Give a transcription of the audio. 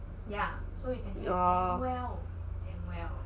orh